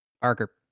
Parker